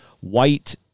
white